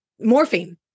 morphine